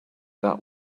that